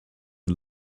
you